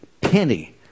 penny